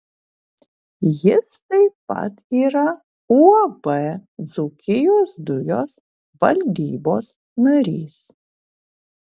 jis taip pat yra uab dzūkijos dujos valdybos narys